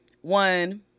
one